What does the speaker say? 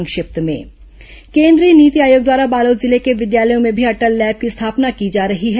संक्षिप्त समाचार केन्द्रीय नीति आयोग द्वारा बालोद जिले के विद्यालयों में भी अटल लैब की स्थापना की जा रही है